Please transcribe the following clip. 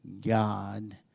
God